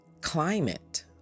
climate